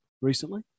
recently